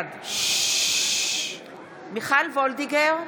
בעד מיכל וולדיגר,